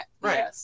Right